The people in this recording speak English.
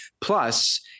Plus